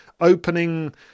opening